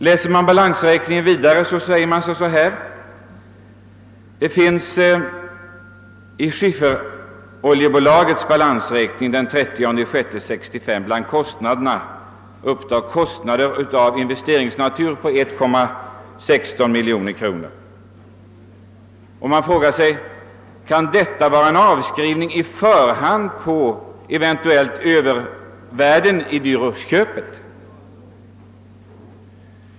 Läser man vidare finner man i Skifferoljebolagets balansräkning den 30/6 1965 bland kostnaderna poster av investeringsnatur uppgående till 1,16 miljoner kronor. Man frågar sig om detta kan vara en förhandsavskrivning på eventuella övervärden vid Duroxköpet.